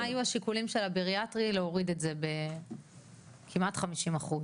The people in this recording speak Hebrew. מה היו השיקולים של הבריאטרי להוריד את זה בכמעט 50%?